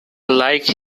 like